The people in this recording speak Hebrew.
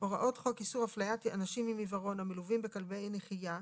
"הוראות חוק איסור הפליית אנשים עם עיוורון המלווים בכלבי נחייה,